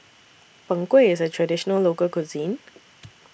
Png Kueh IS A Traditional Local Cuisine